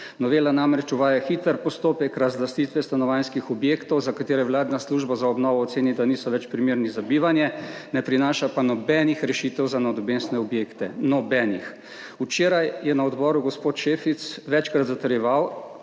Novela namreč uvaja hiter postopek razlastitve stanovanjskih objektov, za katere vladna služba za obnovo oceni, da niso več primerni za bivanje, ne prinaša pa nobenih rešitev za nadomestne objekte. Nobenih. Včeraj je na odboru gospod Šefic večkrat zatrjeval,